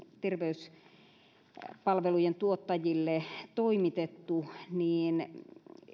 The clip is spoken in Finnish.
terveyspalvelujen tuottajille toimitettu niin